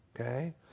Okay